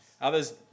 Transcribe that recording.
Others